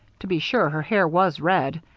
to be sure her hair was red,